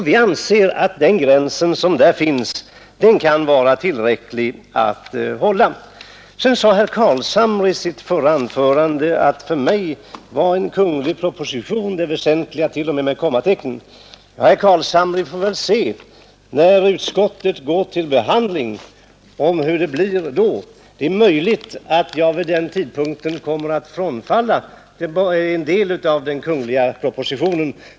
Vi anser att den gräns som här finns kan vara riktig att hålla. Sedan sade herr Carlshamre i sitt förra anförande att för mig var en kungl. proposition det väsentliga, till och med med kommatecken. Ja, herr Carlshamre, när utskottet går till behandling får vi väl se hur det blir. Det är möjligt att jag vid den tidpunkten kommer att frånfalla en del av den kungl. propositionen.